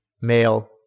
Male